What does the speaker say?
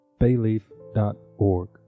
bayleaf.org